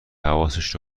حواسش